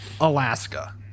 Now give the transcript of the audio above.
Alaska